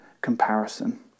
comparison